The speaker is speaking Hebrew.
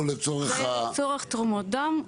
לצורך תרומות דם.